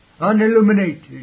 unilluminated